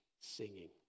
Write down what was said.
singing